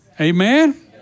Amen